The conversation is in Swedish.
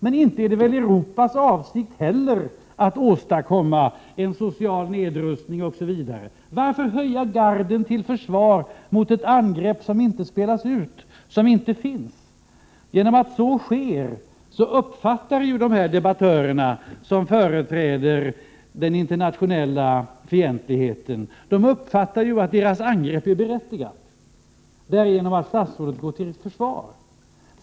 Men inte är det väl Europas avsikt heller att åstadkomma en social nedrustning osv.! Varför höja garden till försvar mot ett angrepp som inte spelas ut, som inte finns? Genom att statsrådet går till försvar uppfattar ju dessa debattörer som företräder den internationella fientligheten att deras angrepp är berättigat.